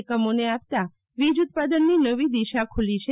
એકમોને આપતા વીજ ઉત્પાદનની નવી દિશા ખુલી છે